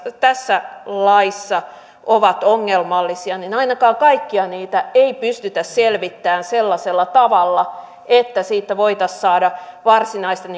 tässä laissa ovat ongelmallisia ainakaan kaikkia ei pystytä selvittämään sellaisella tavalla että siitä voitaisiin saada varsinaisesti